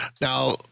Now